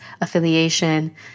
affiliation